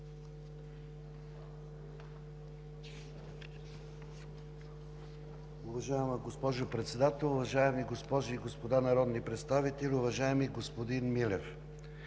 Уважаема госпожо Председател, уважаеми госпожи и господа народни представители, уважаеми господин Милев!